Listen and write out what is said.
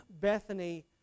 Bethany